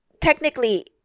Technically